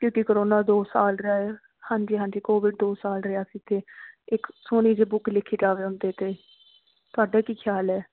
ਕਿਉਂਕਿ ਕਰੋਨਾ ਦੋ ਸਾਲ ਰਿਹਾ ਹਾਂਜੀ ਹਾਂਜੀ ਕੋਵਿਡ ਦੋ ਸਾਲ ਰਿਹਾ ਸੀ ਅਤੇ ਇੱਕ ਸੋਹਣੀ ਜਿਹੀ ਬੁੱਕ ਲਿਖੀ ਜਾਵੇ ਉਹਦੇ 'ਤੇੇ ਤੁਹਾਡਾ ਕੀ ਖਿਆਲ ਹੈ